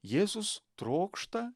jėzus trokšta